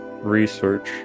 research